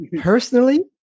personally